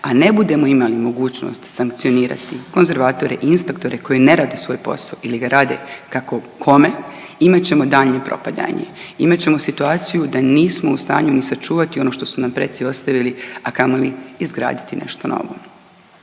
a ne budemo imali mogućnost sankcionirati konzervatore i inspektore koji ne rade svoj posao ili ga rade kako kome, imat ćemo daljnje propadanje, imat ćemo situaciju da nismo u stanju ni sačuvati ono što su nam preci ostavili, a kamoli izgraditi nešto novo.